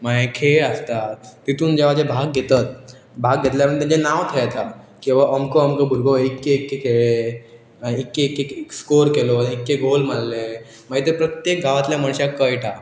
मागी खेळ आसता तितून जेवा जे भाग घेतात भाग घेतल्या तेंचें नांव थंयेता किंवां अमको अमको भुरगो इके इके खेळळे इके इके स्कोर केलो इके गोल मारले मागीर ते प्रत्येक गांवांतल्या मनशाक कळटा